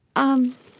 um,